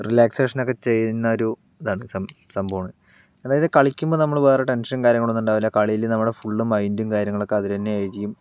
റിലാക്സേഷനൊക്കെ ചെയ്യുന്ന ഒരു ഇതാണ് സംഭവം ആണ് അതായത് കളിക്കുമ്പോൾ നമ്മൾ വേറെ ടെൻഷൻ കാര്യങ്ങളൊന്നും ഉണ്ടാവില്ല കളിയിൽ നമ്മള് ഫുള്ള് മൈൻഡും കാര്യങ്ങളൊക്കെ അതിൽ തന്നെയായിരിക്കും